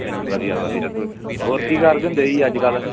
ਹਾਂਜੀ ਵਧੀਆ ਵਧੀਆ ਤੁਸੀਂ ਹੋਰ ਕੀ ਕਰਦੇ ਹੁੰਦੇ ਜੀ ਅੱਜ ਕੱਲ੍ਹ